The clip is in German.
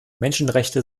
menschenrechte